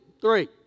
Three